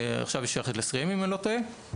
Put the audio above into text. עכשיו היא שייכת ל- -- אם אני לא טועה,